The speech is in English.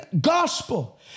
gospel